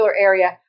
area